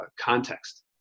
context